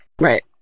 Right